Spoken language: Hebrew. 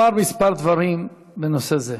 אומר כמה דברים בנושא הזה.